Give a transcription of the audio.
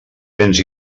béns